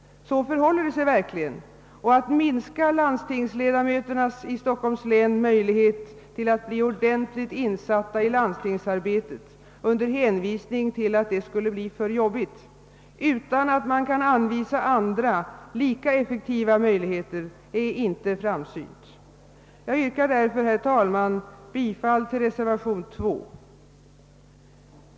Så förhåller det sig verkligen, och att minska landstingsledamöternas i Stockholms län möjlighet att bli ordentligt insatta i landstingsarbete under hänvisning till att det skulle bli för jobbigt utan att anvisa andra lika effektiva möjligheter är inte framsynt. Jag yrkar därför, herr talman, bifall till reservation 2.